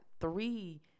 three